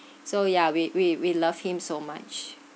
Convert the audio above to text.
so ya we we we love him so much